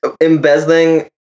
embezzling